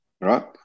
right